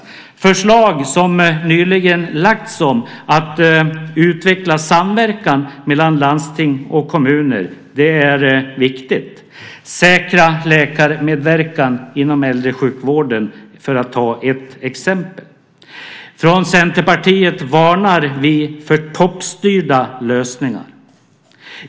De förslag som nyligen lagts fram om att utveckla samverkan mellan landsting och kommuner och säkra läkarmedverkan inom äldresjukvården, för att ta ett par exempel, är viktiga. Från Centerpartiet varnar vi för toppstyrda lösningar.